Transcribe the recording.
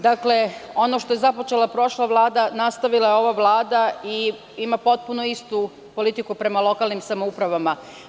Dakle, ono što je započela prošla Vlada, nastavila je ova Vlada i ima potpuno istu politiku prema lokalnim samoupravama.